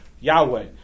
Yahweh